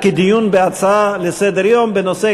אלא כדיון בהצעה לסדר-יום בנושא,